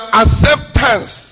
acceptance